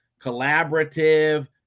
collaborative